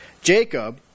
Jacob